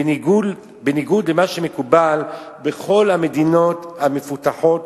בניגוד למה שמקובל בכל המדינות המפותחות